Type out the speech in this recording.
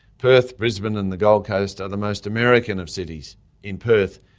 perth, brisbane and the gold coast are the most american of cities in perth,